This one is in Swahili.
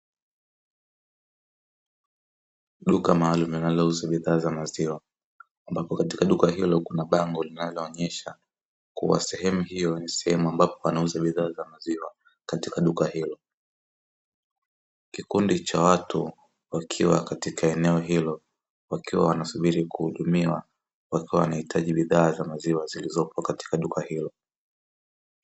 Duka maalumu linalouza bidhaa za maziwa ambapo katika duka hilo kuna bango linaloonyesha kuwa sehemu hiyo ni sehemu ambapo panauzwa bidhaa za maziwa katika duka hilo. Kikundi cha watu wakiwa katika eneo hilo, wakiwa wanasubiri kuhudumiwa, wakiwa wanahitaji bidhaa za maziwa zilizopo katika duka hilo.